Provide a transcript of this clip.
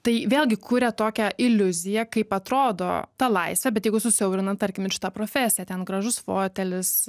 tai vėlgi kuria tokią iliuziją kaip atrodo ta laisvė bet jeigu susiaurinant tarkim ir šitą profesiją ten gražus fotelis